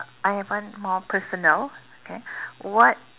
I have one more personal okay what